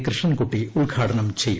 കൃഷ്ണൻകുട്ടി ഉദ്ഘാടനം ചെയ്യും